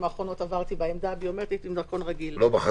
האחרונות בעמדה הביומטרית עם דרכון רגיל.